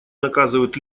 наказывают